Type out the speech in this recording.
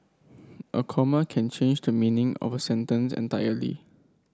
a comma can change the meaning of a sentence entirely